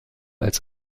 als